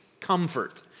comfort